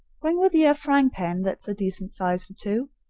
bring with ye a frying pan that's a decent size for two.